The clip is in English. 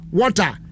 water